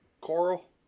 Coral